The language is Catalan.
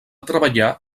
treballar